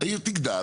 העיר תגדל,